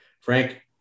Frank